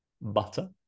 butter